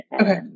Okay